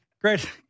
Great